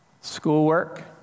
schoolwork